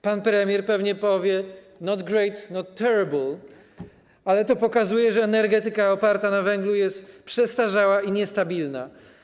Pan premier pewnie powie: not great, not terrible, ale to pokazuje, że energetyka oparta na węglu jest przestarzała i niestabilna.